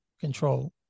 control